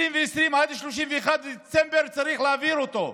עד 31 בדצמבר 2020 צריך להעביר אותו.